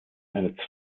eine